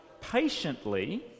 patiently